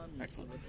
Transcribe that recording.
Excellent